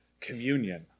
communion